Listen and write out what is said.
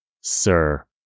Sir